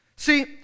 See